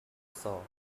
saw